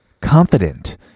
confident